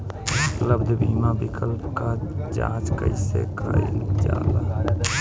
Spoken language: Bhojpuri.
उपलब्ध बीमा विकल्प क जांच कैसे कइल जाला?